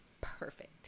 perfect